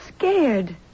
Scared